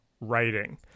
writing